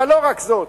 אבל לא רק זאת.